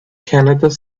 canada